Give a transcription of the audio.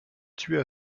tuer